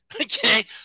Okay